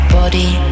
body